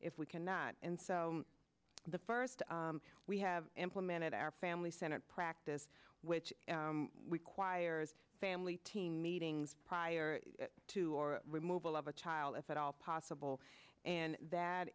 if we cannot and so the first we have implemented our family centered practice which requires family team meetings prior to or removal of a child if at all possible and that